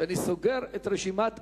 שאני סוגר את רשימת הדוברים.